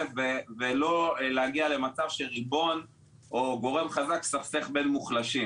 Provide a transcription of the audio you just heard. ולא להגיע למצב שריבון או גורם חזק מסכסך בין מוחלשים,